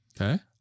Okay